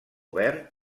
verd